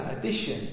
addition